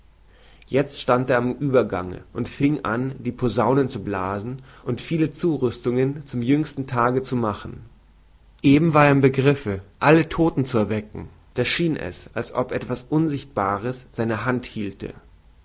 jezt stand er am uebergange und fing an die posaunen zu blasen und viele zurüstungen zum jüngsten tage zu machen eben war er im begriffe alle todte zu erwecken da schien es als ob etwas unsichtbares seine hand hielte